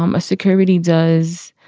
um a security does.